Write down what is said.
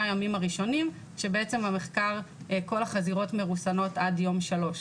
הימים הראשונים כשבמחקר כל החזירות מרוסנות עד יום שלישי.